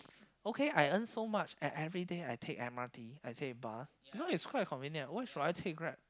okay I earn so much and everyday I take m_r_t I take bus because it's quite convenient why should I take grab